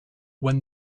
when